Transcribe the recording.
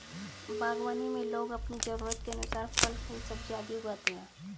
बागवानी में लोग अपनी जरूरत के अनुसार फल, फूल, सब्जियां आदि उगाते हैं